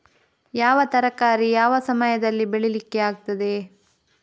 ಯಾವ ತರಕಾರಿ ಯಾವ ಸಮಯದಲ್ಲಿ ಬೆಳಿಲಿಕ್ಕೆ ಆಗ್ತದೆ?